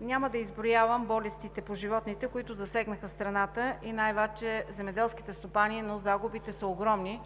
Няма да изброявам болестите по животните, които засегнаха страната, и най-вече земеделските стопани, но загубите са огромни.